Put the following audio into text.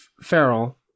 Ferrell